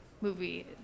movie